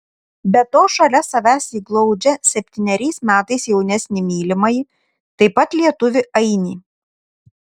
be to šalia savęs ji glaudžia septyneriais metais jaunesnį mylimąjį taip pat lietuvį ainį